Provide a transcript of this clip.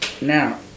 Now